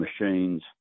machines